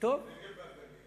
הנגב והגליל